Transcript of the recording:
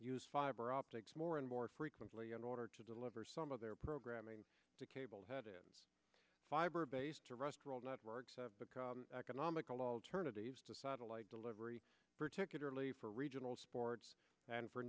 use fiber optics more and more frequently in order to deliver some of their programming to cable had a fiber base to restoral networks economical alternatives to satellite delivery particularly for regional sports and for